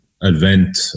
event